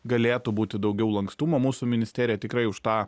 galėtų būti daugiau lankstumo mūsų ministerija tikrai už tą